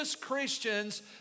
Christians